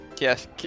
Yes